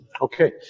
Okay